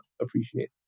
appreciate